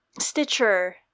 Stitcher